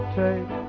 take